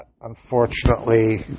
unfortunately